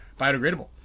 biodegradable